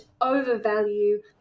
overvalue